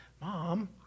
Mom